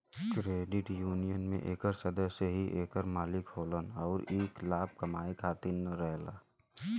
credit union में एकर सदस्य ही एकर मालिक होलन अउर ई लाभ कमाए खातिर न रहेला